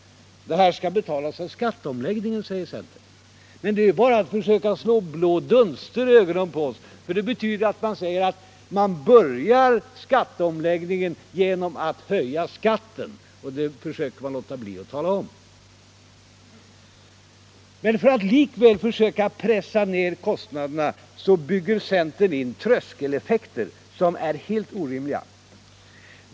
Detta skall betalas genom skatteomläggningen, säger centern. Det är att söka slå blå dunster i ögonen på oss. Ty det betyder ju bara att man måste börja skatteomläggningen med att höja skatten för att betala vårdbidraget. Det talar centern inte om. För att likväl begränsa kostnaderna bygger centern in tröskeleffekter som är helt orimliga.